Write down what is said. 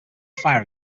fire